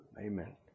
Amen